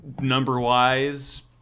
number-wise